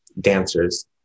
dancers